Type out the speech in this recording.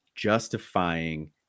justifying